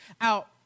out